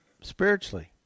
spiritually